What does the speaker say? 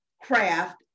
craft